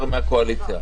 יותר מהקואליציה.